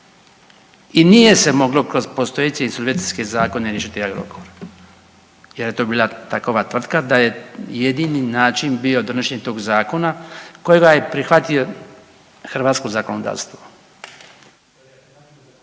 I nije se moglo kroz postojeće insolvencijske zakone riješiti Agrokor jer je to bila takova tvrtka da je jedini način bio donošenje tog zakona kojega je prihvatio hrvatsko zakonodavstvo.